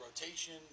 rotation